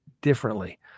differently